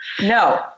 No